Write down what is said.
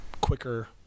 quicker